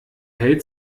hält